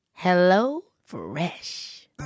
HelloFresh